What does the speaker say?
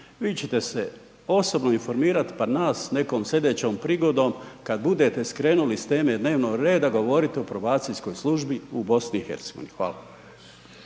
vi ćete se osobno informirati pa nas nekom sljedećom prigodom kada budete skrenuli s teme dnevnog reda govoriti o probacijskoj službi u BiH. Hvala.